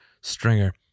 stringer